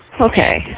Okay